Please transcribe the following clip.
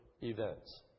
events